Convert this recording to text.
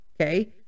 okay